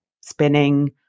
Spinning